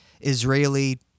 Israeli